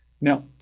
Now